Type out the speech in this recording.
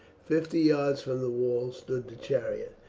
fifty yards from the wall stood the chariot.